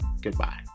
Goodbye